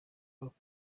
avuga